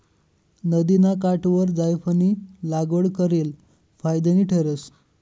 नदिना काठवर जायफयनी लागवड करेल फायदानी ठरस